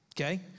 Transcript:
okay